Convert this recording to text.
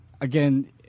again